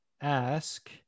ask